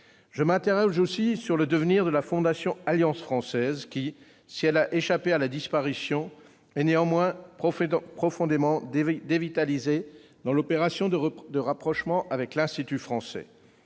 Je m'interroge aussi sur le devenir de la Fondation Alliance française, qui, si elle a échappé à la disparition, est néanmoins profondément dévitalisée dans l'opération de rapprochement avec l'Institut français.